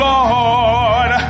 Lord